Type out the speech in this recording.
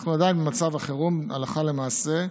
אנחנו עדיין במצב החירום הלכה למעשה.